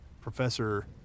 Professor